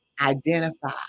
identify